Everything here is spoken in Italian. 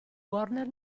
warner